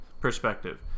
perspective